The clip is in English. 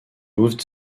moved